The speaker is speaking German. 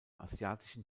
asiatischen